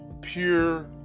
pure